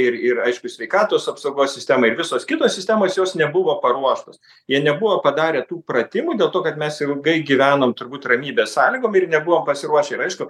ir ir aišku sveikatos apsaugos sistemai ir visos kitos sistemos jos nebuvo paruoštos jie nebuvo padarę tų pratimų dėl to kad mes ilgai gyvenom turbūt ramybės sąlygom ir nebuvom pasiruošę ir aišku